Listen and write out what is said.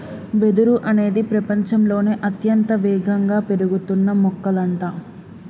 వెదురు అనేది ప్రపచంలోనే అత్యంత వేగంగా పెరుగుతున్న మొక్కలంట